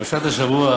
בפרשת השבוע